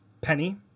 Penny